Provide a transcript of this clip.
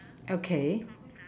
okay